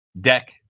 deck